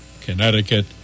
connecticut